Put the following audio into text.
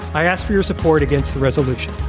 i ask for your support against the resolution.